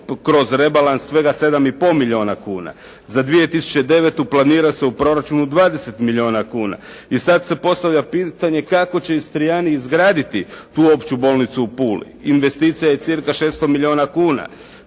kroz rebalans svega 7,5 milijuna kuna. Za 2009. planira se u proračunu 20 milijuna kuna. I sada se postavlja pitanje kako će Istrijani izgradi tu opću bolnicu u Puli, investicija je cca. 600 milijuna kuna.